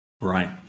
Right